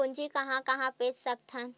पूंजी कहां कहा भेज सकथन?